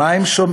מה הם שומעים?